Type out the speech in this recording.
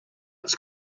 its